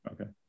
Okay